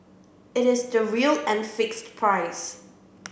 it is the real and fixed price